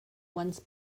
once